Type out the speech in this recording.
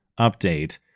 update